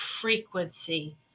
frequency